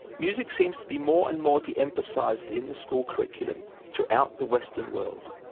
music seems to be more and more de-emphasised in the school curriculum throughout the western world.